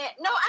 No